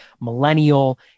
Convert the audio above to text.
millennial